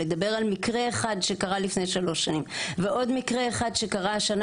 לדבר על מקרה אחד שקרה לפני שלוש שנים ועוד מקרה אחד שקרה השנה